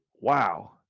Wow